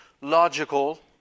logical